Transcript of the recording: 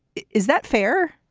is that fair?